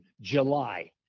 July